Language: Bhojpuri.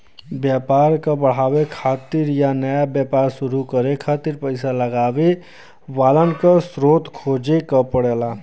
व्यापार क बढ़ावे खातिर या नया व्यापार शुरू करे खातिर पइसा लगावे वालन क स्रोत खोजे क पड़ला